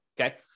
Okay